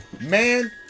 man